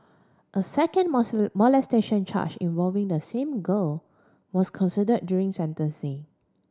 a second molestation charge involving the same girl was consider during sentencing